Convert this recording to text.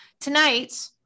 Tonight